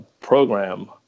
program